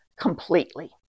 completely